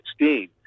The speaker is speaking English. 2016